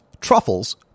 truffles